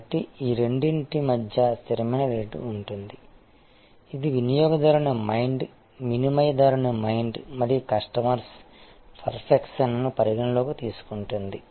కాబట్టి ఈ రెండింటి మధ్య స్థిరమైన రేటు ఉంటుంది ఇది వినియోగదారుని మైండ్ వినియోగదారుని మైండ్ మరియు కస్టమర్స్ పర్సెప్షన్ని పరిగణలోకి తీసుకుంటుంది